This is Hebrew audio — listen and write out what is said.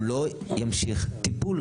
הוא לא ימשיך טיפול,